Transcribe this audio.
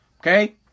okay